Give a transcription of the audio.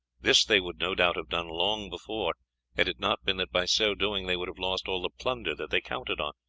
this they would no doubt have done long before had it not been that by so doing they would have lost all the plunder that they counted on.